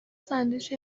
سنجش